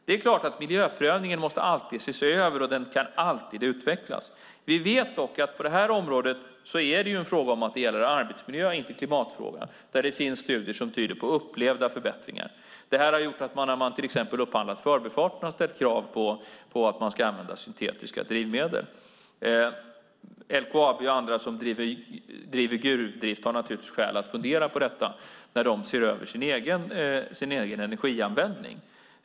Det är klart att miljöprövningen alltid måste ses över. Den kan alltid utvecklas. Vi vet dock att det på detta område är en fråga om att det gäller arbetsmiljö och inte klimatfrågan. Det finns studier som tyder på upplevda förbättringar. Det har gjort att man när man till exempel har upphandlat Förbifarten har ställt krav på att syntetiska drivmedel ska användas. LKAB och andra som sysslar med gruvdrift har skäl att fundera på detta när de ser över sin egen energianvändning.